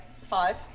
five